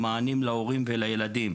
המענים להורים ולילדים,